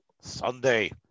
Sunday